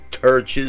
churches